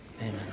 amen